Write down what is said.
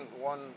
one